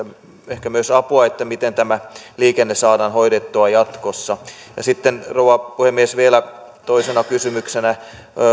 ehkä myös apua miten tämä liikenne saadaan hoidettua jatkossa sitten rouva puhemies vielä toisena kysymyksenä